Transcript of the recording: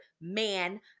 man